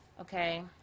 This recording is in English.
Okay